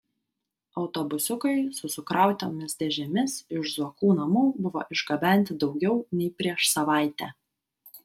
autobusiukai su sukrautomis dėžėmis iš zuokų namų buvo išgabenti daugiau nei prieš savaitę